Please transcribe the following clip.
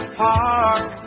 park